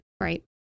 Right